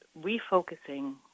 refocusing